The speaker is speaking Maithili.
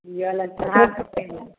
हमरा लग चढ़ा सकैय